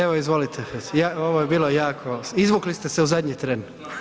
Evo izvolite, ovo je bilo jako, izvukli ste se u zadnji tren.